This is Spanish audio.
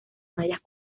mayas